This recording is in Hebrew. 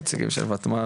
נציגים של ותמ"ל?